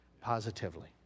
positively